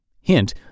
hint